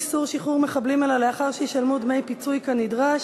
איסור שחרור מחבלים אלא לאחר שישלמו דמי פיצוי כנדרש),